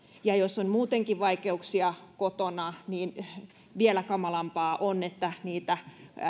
ja jos on muutenkin vaikeuksia kotona niin vielä kamalampaa on että niitä